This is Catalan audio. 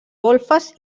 golfes